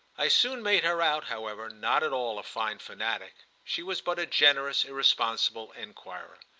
i soon made her out, however, not at all a fine fanatic she was but a generous, irresponsible enquirer.